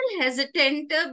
hesitant